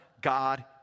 God